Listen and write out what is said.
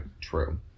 True